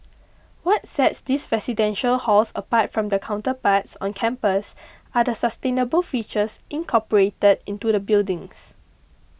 what sets these residential halls apart from their counterparts on campus are the sustainable features incorporated into the buildings